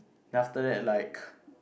then after that like